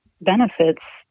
benefits